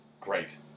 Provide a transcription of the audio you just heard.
Great